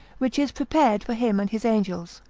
which is prepared for him and his angels,